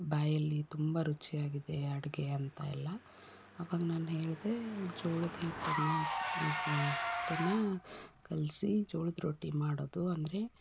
ಬಾಯಲ್ಲಿ ತುಂಬ ರುಚಿಯಾಗಿದೆ ಅಡುಗೆ ಅಂತ ಎಲ್ಲ ಅವಾಗ ನಾನು ಹೇಳಿದೆ ಜೋಳದ ಹಿಟ್ಟನ್ನು ಹಿಟ್ಟನ್ನು ಕಲೆಸಿ ಜೋಳದ ರೊಟ್ಟಿ ಮಾಡೋದು ಅಂದರೆ